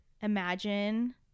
imagine